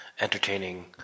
entertaining